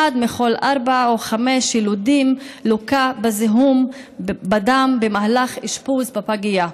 אחד מכל ארבעה או חמישה יילודים לוקה בזיהום בדם במהלך אשפוזו בפגייה.